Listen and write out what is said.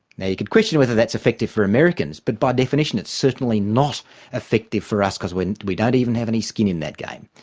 now, you could question whether that's effective for americans but by definition it's certainly not effective for us because we don't even have any skin in that game.